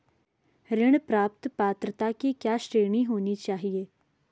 ऋण प्राप्त पात्रता की क्या श्रेणी होनी चाहिए?